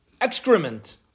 excrement